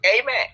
Amen